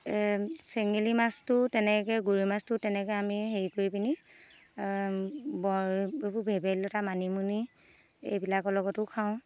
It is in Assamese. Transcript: চেঙেলী মাছটো তেনেকৈ গৰৈ মাছটো তেনেকৈ আমি হেৰি কৰি পিনি বৰ এইবোৰ ভেবেলি লতা মানিমুনি এইবিলাকৰ লগতো খাওঁ